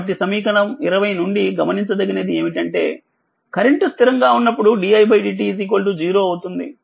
కాబట్టిసమీకరణము 20 నుండి గమనించదగినది ఏమిటంటే కరెంట్ స్థిరంగా ఉన్నప్పుడు didt 0 అవుతుంది